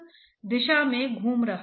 हाँ आपने शासी समीकरण लिखा है